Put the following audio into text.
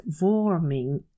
warming